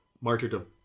martyrdom